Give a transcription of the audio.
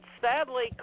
sadly